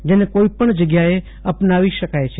જેને કોઇપણ જગ્યાએ અપનાવી શકાય છે